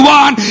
one